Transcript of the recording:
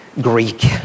Greek